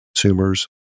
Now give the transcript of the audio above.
consumers